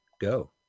go